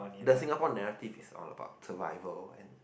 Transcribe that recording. the Singapore narrative is all about survival and